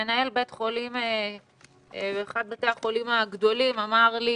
מנהל מאחד בתי החולים הגדולים אמר לי